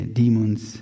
demons